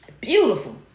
beautiful